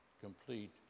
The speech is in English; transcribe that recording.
complete